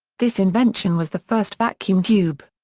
this invention was the first vacuum tube.